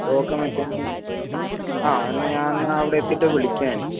okay മച്ചാ അ എന്നാൽ ഞാൻ എന്നാൽ അവിടെ എത്തിയിട്ട് വിളിക്കാം